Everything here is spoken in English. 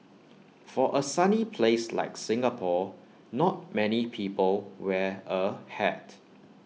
for A sunny place like Singapore not many people wear A hat